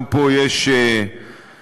גם פה יש חידוש,